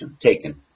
taken